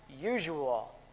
usual